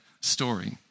story